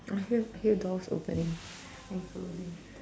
I hear hear doors opening and closing